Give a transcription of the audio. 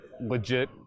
legit